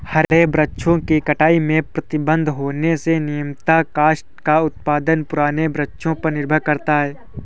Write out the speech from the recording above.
हरे वृक्षों की कटाई पर प्रतिबन्ध होने से नियमतः काष्ठ का उत्पादन पुराने वृक्षों पर निर्भर करता है